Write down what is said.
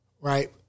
right